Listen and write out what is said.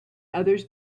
others